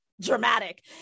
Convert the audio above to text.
dramatic